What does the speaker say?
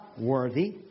worthy